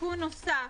תיקון נוסף: